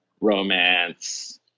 romance